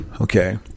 Okay